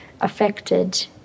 affected